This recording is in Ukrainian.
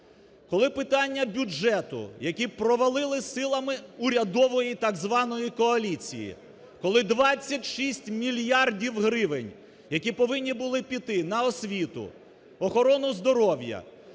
Коли питання бюджету, які провалили силами урядової так званої коаліції, коли 26 мільярдів гривень, які повинні бути піти на освіту, охорону здоров'я,